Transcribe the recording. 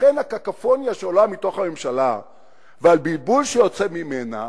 לכן הקקופוניה שעולה מתוך הממשלה והבלבול שיוצא ממנה